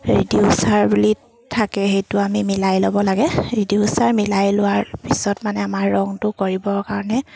reducer বুলি থাকে সেইটো আমি মিলাই ল'ব লাগে ৰিডিউচাৰ মিলাই লোৱাৰ পিছত মানে আমাৰ ৰংটো কৰিবৰ কাৰণে